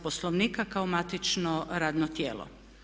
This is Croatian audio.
Poslovnika kao matično radno tijelo.